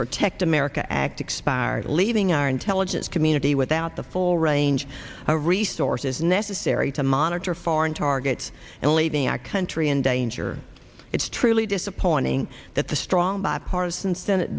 protect america act expired leaving our intelligence community without the full range of resources necessary to monitor foreign targets and leaving our country in danger it's truly disappointing that the strong bipartisan senate